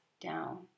down